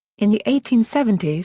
in the eighteen seventy s,